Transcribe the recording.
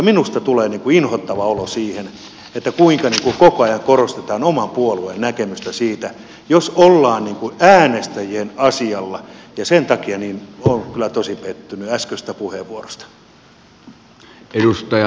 minulle tulee inhottava olo siitä kuinka koko ajan korostetaan oman puolueen näkemystä jos ollaan äänestäjien asialla ja sen takia olen kyllä tosi pettynyt äskeisestä puheenvuorosta